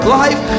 life